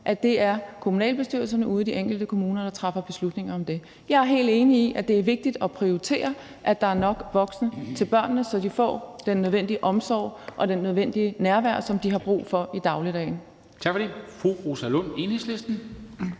at det er kommunalbestyrelserne ude i de enkelte kommuner, der træffer beslutninger om det. Jeg er helt enig i, at det er vigtigt at prioritere, at der er nok voksne til børnene, så de får den nødvendige omsorg og det nødvendige nærvær, som de har brug for i dagligdagen.